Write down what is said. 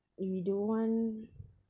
we don't want